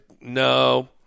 no